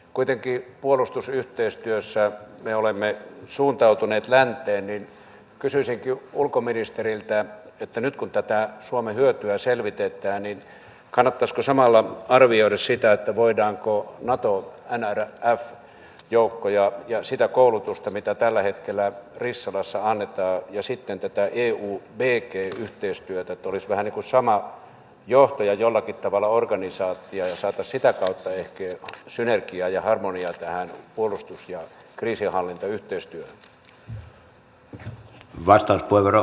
kuitenkin puolustusyhteistyössä me olemme suuntautuneet länteen joten kysyisinkin ulkoministeriltä kun nyt tätä suomen hyötyä selvitetään niin kannattaisiko samalla arvioida sitä voidaanko hyödyntää naton nrf joukkoja ja sitä koulutusta mitä tällä hetkellä rissalassa annetaan ja sitten tätä eubg yhteistyötä että olisi niin kuin vähän sama johtaja jollakin tavalla organisaatiossa ja saataisiin sitä kautta ehkä synergiaa ja harmoniaa tähän puolutus ja kriisinhallintayhteistyöhön